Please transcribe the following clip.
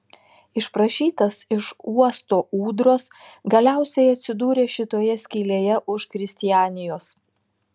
išprašytas iš uosto ūdros galiausiai atsidūrė šitoje skylėje už kristianijos